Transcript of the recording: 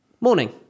morning